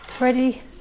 ready